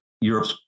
Europe's